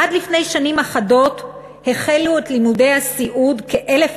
עד לפני שנים אחדות החלו את לימודי הסיעוד כ-1,000